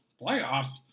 playoffs